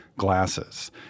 Glasses